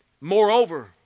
Moreover